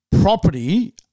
property